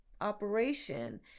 operation